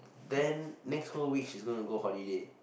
then next whole week she's gonna go holiday